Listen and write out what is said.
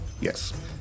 Yes